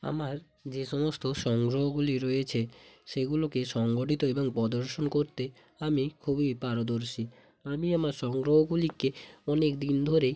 আমার যে সমস্ত সংগ্রহগুলি রয়েছে সেগুলোকে সংগঠিত এবং প্রদর্শন করতে আমি খুবই পারদর্শী আমি আমার সংগ্রহগুলিকে অনেক দিন ধরেই